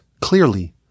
clearly